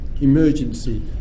emergency